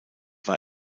war